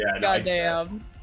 goddamn